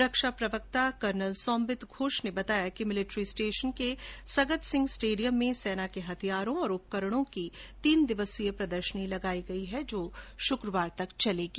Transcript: रक्षा प्रवक्ता कर्नल सोमबित घोष ने बताया कि मिलिट्री स्टेशन के सगतसिंह स्टेडियम में सेना के हथियारों व उपकरणों की तीन दिवसीय प्रदर्शनी लगाई गई है जो शुक्रवार तक चलेगी